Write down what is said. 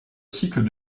cycle